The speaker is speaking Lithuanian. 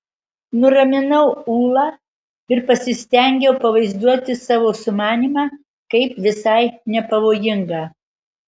nuraminau ulą ir pasistengiau pavaizduoti savo sumanymą kaip visai nepavojingą